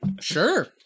Sure